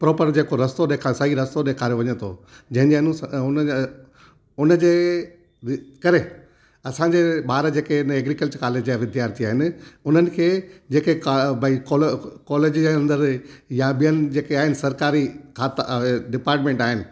proper जेको रस्तो ॾेखारे सही रस्तो ॾेखारे वञे थो जंहिंजे अनुसार हुनजा हुनजे करे असांजे ॿार जेके इन एगरीकल्चर कॉलेज जा विद्यार्थी आहिनि उन्हनि खे जेके क भई कॉलेज जे अंदरि या ॿियनि जेके आहिनि सरकारी खाता डिपाटमेंट आहिनि